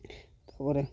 ତା'ପରେ